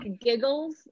giggles